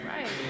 Right